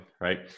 right